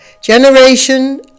generation